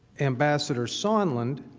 ambassador someone and